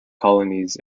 colonies